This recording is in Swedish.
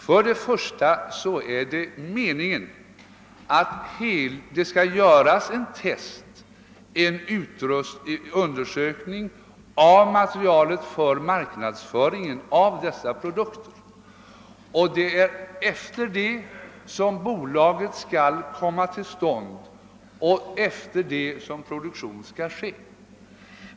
För det första är det meningen att det skall göras en test, en undersökning av materialet, för det andra en marknadsföring av produkterna och för det tredje är det först därefter som produktion skall börja.